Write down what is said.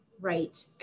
right